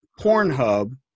Pornhub